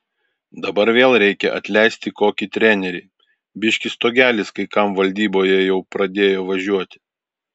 dabar vėl reikia atleisti kokį trenerį biški stogelis kai kam valdyboje jau pradėjo važiuoti